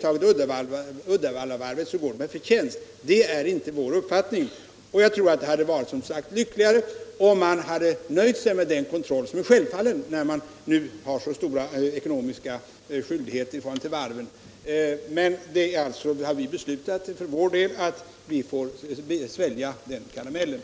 tagit över Uddevallavarvet går det med förtjänst. Det är inte vår uppfattning. Jag tror att det varit lyckligare om man nöjt sig med den kontroll som är självklar eftersom staten har så stora ekonomiska skyldigheter i förhållande till varven. För vår del har vi dock beslutat att svälja det beska pillret eftersom tiden inte medger nya förhandlingar.